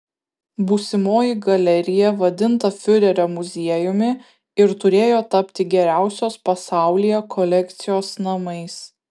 būsimoji galerija vadinta fiurerio muziejumi ir turėjo tapti geriausios pasaulyje kolekcijos namais